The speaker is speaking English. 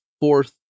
fourth